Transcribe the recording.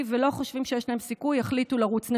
ולא חושבת שיש להן סיכוי יחליטו לרוץ?